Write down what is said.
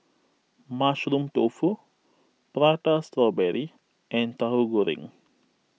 Mushroom Tofu Prata Strawberry and Tahu Goreng